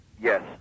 Yes